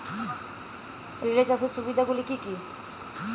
Relay চাষের সুবিধা গুলি কি কি?